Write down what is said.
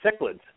cichlids